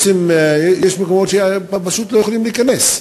יש מקומות שאוטובוסים פשוט לא יכולים להיכנס,